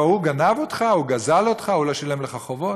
שהוא גנב ממך או גזל אותך או לא שילם לך חובות.